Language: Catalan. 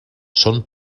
són